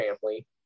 family